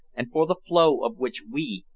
and for the flow of which we,